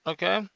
Okay